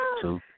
two